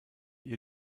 ihr